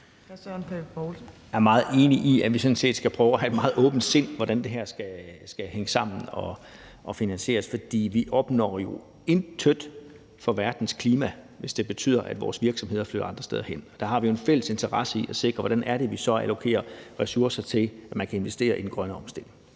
(KF): Jeg er meget enig i, at vi sådan set skal prøve at have et meget åbent sind, med hensyn til hvordan det her skal hænge sammen og finansieres, for vi opnår jo intet for verdens klima, hvis det betyder, at vores virksomheder flytter andre steder hen. Der har vi jo en fælles interesse i at sikre, at vi allokerer ressourcer til, at man kan investere i den grønne omstilling.